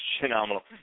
phenomenal